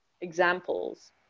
examples